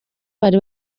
bari